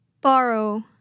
Borrow